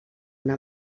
una